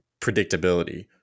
predictability